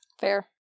Fair